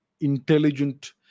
intelligent